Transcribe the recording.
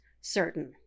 certain